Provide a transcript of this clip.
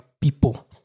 people